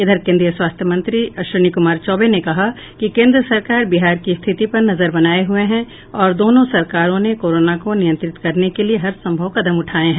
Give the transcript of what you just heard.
इधर केन्द्रीय स्वास्थ्य राज्य मंत्री अश्विनी कुमार चौबे ने कहा कि केंद्र सरकार बिहार की स्थिति पर नजर बनाए हुए है और दोनों सरकारों ने कोरोना को नियंत्रित करने के लिए हरसंभव कदम उठाए हैं